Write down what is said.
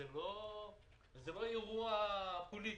זה לא אירוע פוליטי,